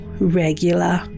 regular